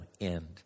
end